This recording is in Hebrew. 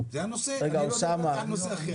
זה הנושא, אני לא דיברתי על נושא אחר.